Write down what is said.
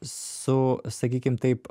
su sakykim taip